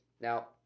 Now